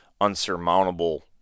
unsurmountable